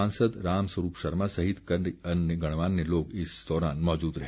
सांसद राम स्वरूप शर्मा सहित कई अन्य गणमान्य लोग इस दौरान मौजूद रहे